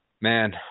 man